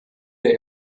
der